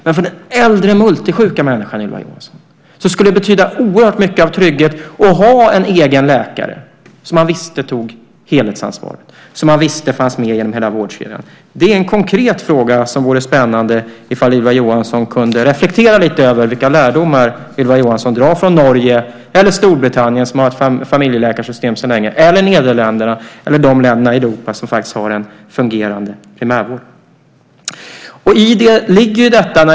Men för den äldre multisjuka människan, Ylva Johansson, skulle det betyda oerhört mycket av trygghet att ha en egen läkare som man visste tog helhetsansvaret och fanns med genom hela vårdkedjan. Det är en konkret fråga. Det vore spännande om Ylva Johansson kunde reflektera lite över vilka lärdomar Ylva Johansson drar från Norge eller Storbritannien som har haft ett familjeläkarsystem sedan länge, eller från Nederländerna och de länder i Europa som faktiskt har en fungerande primärvård.